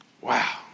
Wow